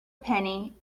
penny